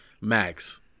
Max